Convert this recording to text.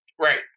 Right